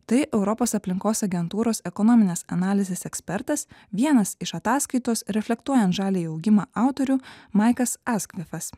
tai europos aplinkos agentūros ekonominės analizės ekspertas vienas iš ataskaitos reflektuojant žaliąjį augimą autorių maikas askvifas